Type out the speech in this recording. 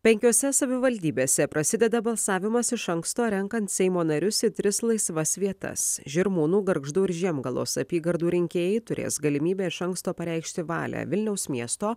penkiose savivaldybėse prasideda balsavimas iš anksto renkant seimo narius į tris laisvas vietas žirmūnų gargždų ir žiemgalos apygardų rinkėjai turės galimybę iš anksto pareikšti valią vilniaus miesto